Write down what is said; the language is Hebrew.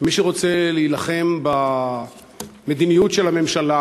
שמי שרוצה להילחם במדיניות של הממשלה